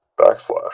backslash